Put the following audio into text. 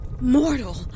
Mortal